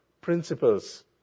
principles